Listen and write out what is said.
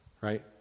right